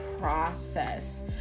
process